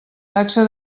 taxa